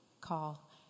call